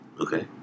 Okay